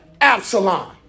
Absalom